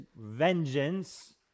vengeance